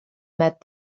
met